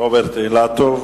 רוברט אילטוב.